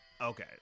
Okay